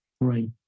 Right